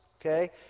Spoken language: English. okay